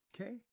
Okay